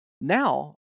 Now